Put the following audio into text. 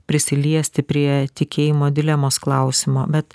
prisiliesti prie tikėjimo dilemos klausimo bet